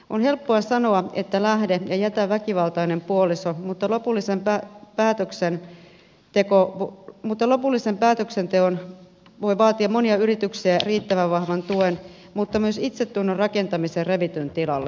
on helppo sanoa että lähde ja jätä väkivaltainen puoliso mutta lopullinen päätöksenteko voi vaatia monia yrityksiä ja riittävän vahvan tuen mutta myös itsetunnon rakentamisen revityn tilalle